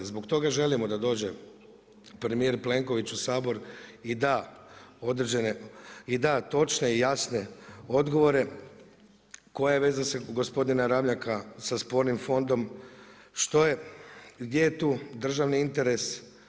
Zbog toga želimo da dođe premijer Plenković u Sabor i da određene, i da točne i jasne odgovore koja je veza gospodina Ramljaka sa spornim fondom, što je, gdje je tu državni interes.